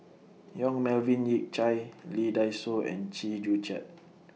Yong Melvin Yik Chye Lee Dai Soh and Chew Joo Chiat